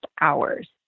hours